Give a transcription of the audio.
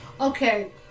Okay